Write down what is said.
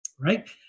right